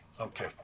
Okay